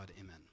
amen